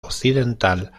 occidental